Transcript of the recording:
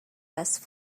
vest